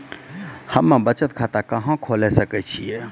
हम्मे बचत खाता कहां खोले सकै छियै?